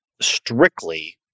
strictly